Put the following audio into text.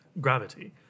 gravity